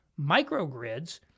Microgrids